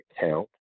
count